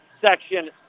Section